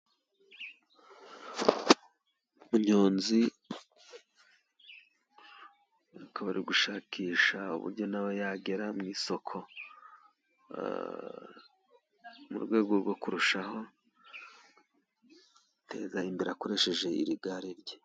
Umunyonzi akaba ari gushakisha uburyo nawe yagera mu isoko mu rwego rwo kurushaho kwiteza imbere akoresheje iri gare rye.